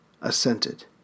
assented